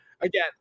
again